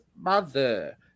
mother